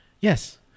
Yes